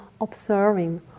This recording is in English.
observing